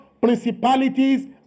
principalities